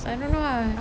so I don't know ah